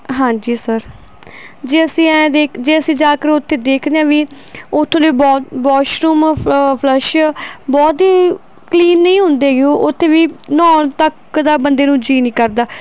ਹਾਂਜੀ ਸਰ ਜੇ ਅਸੀਂ ਆਏਂ ਦੇ ਜੇ ਅਸੀਂ ਜਾਕਰ ਉੱਥੇ ਦੇਖਦੇ ਹਾਂ ਵੀ ਉੱਥੋਂ ਦੇ ਵੋ ਵੋਸ਼ਰੂਮ ਫਲਸ਼ ਬਹੁਤ ਹੀ ਕਲੀਨ ਨਹੀਂ ਹੁੰਦੇ ਹੈਗੇ ਉਹ ਉੱਥੇ ਵੀ ਨਹਾਉਣ ਤੱਕ ਦਾ ਬੰਦੇ ਨੂੰ ਜੀਅ ਨਹੀਂ ਕਰਦਾ